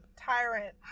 tyrant